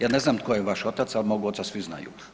Ja ne znam tko je vaš otac, al mog oca svi znaju.